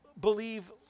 believe